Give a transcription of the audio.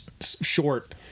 short